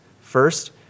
First